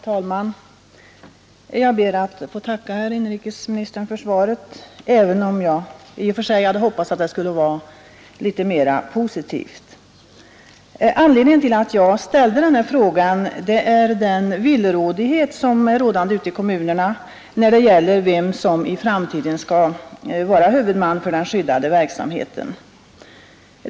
Herr talman! Jag ber att få tacka inrikesministern för svaret, även om jag i och för sig hade hoppats att det skulle vara litet mer positivt. Anledningen till att jag ställde den här frågan är den villrådighet som råder ute i kommunerna när det gäller vem som i framtiden skall vara huvudman för den skyddade verksamheten.